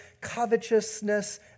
covetousness